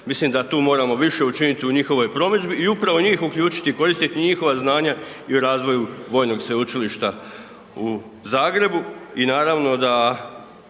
Mislim da tu moramo više učiniti u njihovoj promidžbi i upravo njih uključiti i koristit njihova znanja i u razvoju Vojnog sveučilišta u Zagrebu